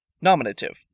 Nominative